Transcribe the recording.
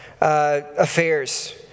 affairs